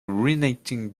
reigning